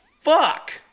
fuck